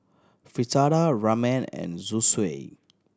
Fritada Ramen and Zosui